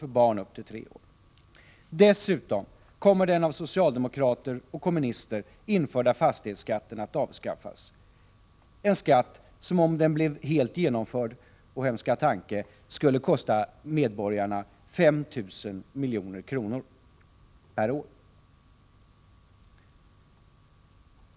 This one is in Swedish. för barn upp till 3 år. Dessutom kommer den av socialdemokrater och kommunister införda fastighetsskatten att avskaffas, en skatt, som om den blev helt genomförd — o hemska tanke! — skulle kosta medborgarna 5 000 milj.kr. per år.